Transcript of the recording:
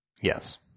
Yes